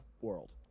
world